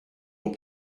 ont